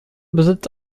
besitzt